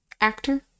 actor